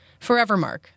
Forevermark